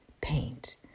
paint